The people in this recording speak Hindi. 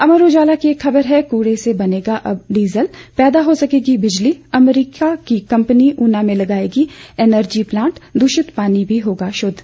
अमर उजाला की एक खबर है कूड़े से बनेगा अब डीजल पैदा हो सकेगी बिजली अमेरिका की कंपनी ऊना में लगाएगी एनर्जी प्लांट दूषित पानी भी होगा शुद्व